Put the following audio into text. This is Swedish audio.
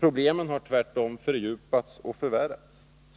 Problemen har tvärtom fördjupats och förvärrats.